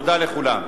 תודה לכולם.